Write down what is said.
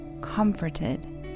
comforted